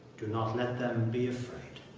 do not let them be afraid